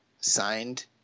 signed